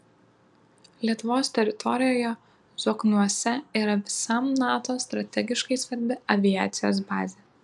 lietuvos teritorijoje zokniuose yra visam nato strategiškai svarbi aviacijos bazė